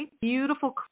beautiful